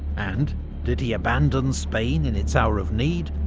and did he abandon spain in its hour of need,